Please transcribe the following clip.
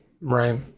right